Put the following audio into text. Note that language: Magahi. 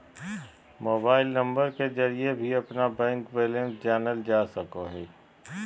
मोबाइल नंबर के जरिए भी अपना बैंक बैलेंस जानल जा सको हइ